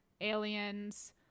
aliens